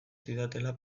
zidatela